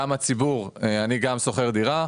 אני גם שוכר דירה.